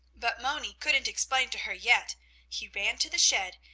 but moni couldn't explain to her yet he ran to the shed,